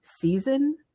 season